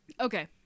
Okay